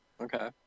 Okay